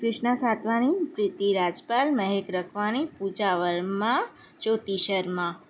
Krishna Satwani Preeti Rajpal Mahak Rakhwani Puja Verma Jyoti Sharma